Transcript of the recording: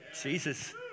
Jesus